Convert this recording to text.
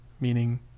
meaning